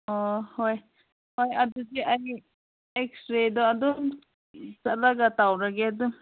ꯑꯣ ꯍꯣꯏ ꯍꯣꯏ ꯑꯗꯨꯗꯤ ꯑꯩ ꯑꯦꯛꯁꯔꯦꯗꯣ ꯑꯗꯨꯝ ꯆꯠꯂꯒ ꯇꯧꯔꯒꯦꯗ